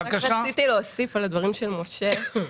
רציתי להוסיף על הדברים שאמר משה.